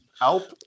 help